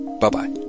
Bye-bye